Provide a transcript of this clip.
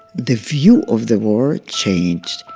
the view of the war changed.